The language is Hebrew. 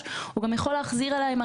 הוא יכול להחזיר אליה לבחון מחדש.